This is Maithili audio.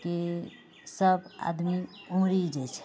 की सबआदमी ओँघरि जाइ छै